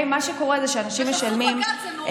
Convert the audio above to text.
מה שקורה זה שאנשים משלמים, בחסות בג"ץ, זה נורא.